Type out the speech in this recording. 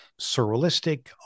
surrealistic